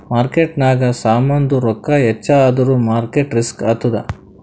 ಮಾರ್ಕೆಟ್ನಾಗ್ ಸಾಮಾಂದು ರೊಕ್ಕಾ ಹೆಚ್ಚ ಆದುರ್ ಮಾರ್ಕೇಟ್ ರಿಸ್ಕ್ ಆತ್ತುದ್